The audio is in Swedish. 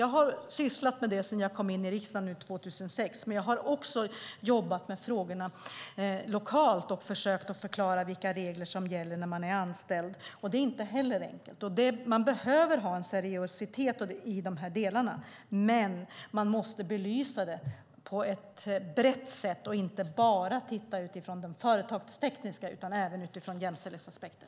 Jag har sysslat med det sedan jag kom in i riksdagen 2006, och jag har också jobbat med de frågorna lokalt och försökt förklara vilka regler som gäller när man är anställd. Inte heller det är enkelt. Man behöver ha en seriositet i dessa delar, och man måste belysa dem på ett brett sätt, inte bara titta på dem ur de företagstekniska aspekterna utan även ur jämställdhetsaspekten.